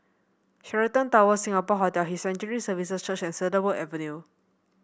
Sheraton Towers Singapore Hotel His Sanctuary Services Church and Cedarwood Avenue